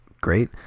great